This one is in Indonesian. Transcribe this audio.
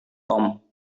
tom